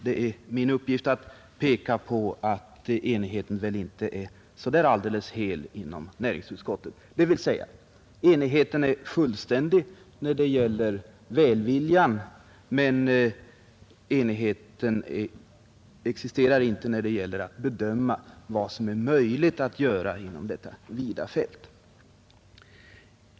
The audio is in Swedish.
Det är nämligen min uppgift att här peka på att enigheten inte är så alldeles fullständig inom utskottet — dvs. enigheten är nog fullständig när det gäller välviljan men den existerar inte i bedömningen av vad som är möjligt att göra inom detta vida fält.